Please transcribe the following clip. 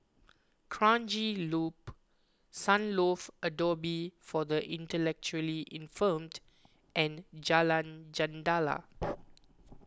Kranji Loop Sunlove Abode for the Intellectually Infirmed and Jalan Jendela